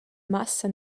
massa